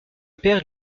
père